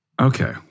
Okay